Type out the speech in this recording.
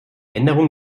änderung